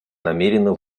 намерена